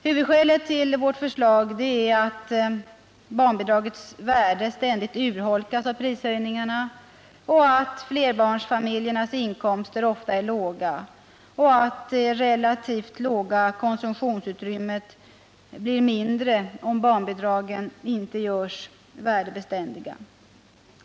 Huvudskälet till vårt förslag är att barnbidragets värde ständigt urholkas av prishöjningarna, att flerbarnsfamiljernas inkomster ofta är låga och att det relativt låga konsumtionsutrymmet blir mindre, om bidragen inte görs värdebeständiga.